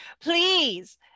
Please